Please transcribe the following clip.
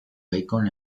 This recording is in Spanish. bacon